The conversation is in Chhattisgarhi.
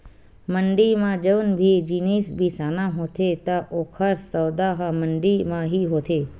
मंड़ी म जउन भी जिनिस बिसाना होथे त ओकर सौदा ह मंडी म ही होथे